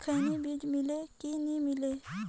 खैनी बिजा मिले कि नी मिले?